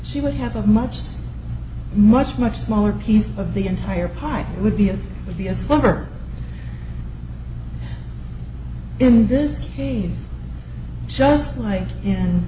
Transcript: she would have a much so much much smaller piece of the entire pot would be a would be a sliver in this case just like in